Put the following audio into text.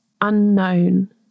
unknown